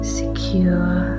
secure